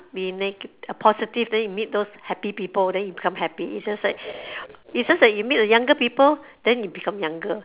be nega~ positive then you meet those happy people then you become happy it's just like it's just like you meet the younger people then you become younger